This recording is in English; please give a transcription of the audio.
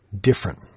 different